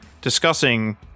discussing